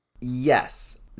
yes